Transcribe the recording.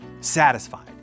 satisfied